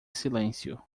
silêncio